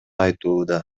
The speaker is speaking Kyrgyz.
айтууда